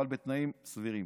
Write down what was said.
אבל בתנאים סבירים.